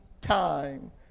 time